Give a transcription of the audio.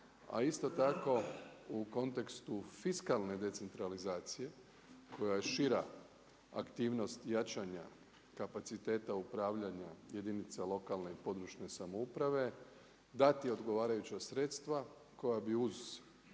A isto tako u kontekstu fiskalne decentralizacije koja je šira aktivnost jačanja kapaciteta upravljanja jedinice lokalne i područne samouprave dati odgovarajuća sredstva koja bi uz